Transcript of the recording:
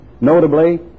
notably